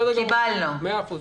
בסדר גמור, מאה אחוז.